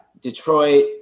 Detroit